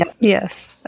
Yes